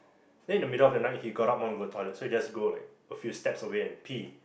then in the middle of the night he got up want to go toilet so he just go like a few steps away and pee